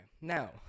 now